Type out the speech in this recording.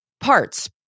parts